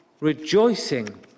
Rejoicing